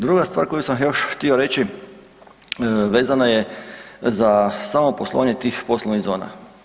Druga stvar koju sam još htio reći vezana je za samo poslovanje tih poslovnih zona.